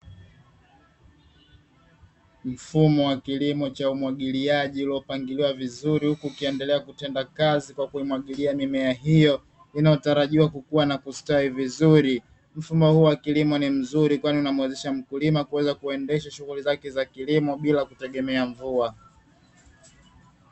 Mfumo wa kilimo cha umwagiliaji uliopangiliwa vizuri, huku ukiendelea kutenda kazi kwa kuimwagilia mimea hiyo inayotarajiwa kukuwa na kustawi vizuri, mfumo huu wa kilimo ni mzuri kwani unamwezesha mkulima kuweza kuendesha shughuli zake za kilimo bila kutegemea mvua.